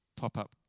Pop-Up